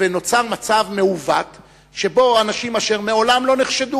ונוצר מצב מעוות שבו אנשים אשר מעולם לא נחשדו,